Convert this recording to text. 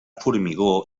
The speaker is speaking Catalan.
formigó